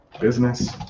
business